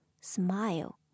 smile